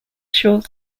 short